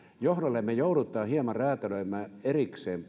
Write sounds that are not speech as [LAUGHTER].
johdolle me joudumme hieman räätälöimään erikseen [UNINTELLIGIBLE]